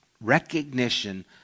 recognition